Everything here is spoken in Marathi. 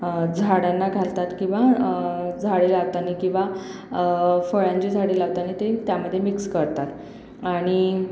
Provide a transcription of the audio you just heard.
झाडांना घालतात किंवा झाडे लावताना किंवा फळांची झाडे लावताना ते त्यामध्ये मिक्स करतात आणि